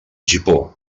gipó